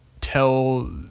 tell